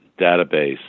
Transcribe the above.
database